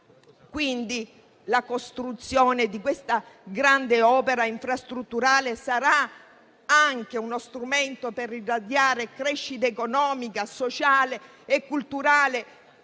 La costruzione di questa grande opera infrastrutturale sarà anche uno strumento per irradiare crescita economica, sociale e culturale